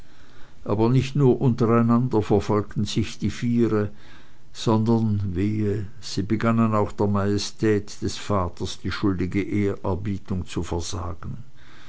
aber nicht nur untereinander verfolgten sich die viere sondern wehe sie begannen auch der majestät ihres vaters die schuldige ehrerbietung zu versagen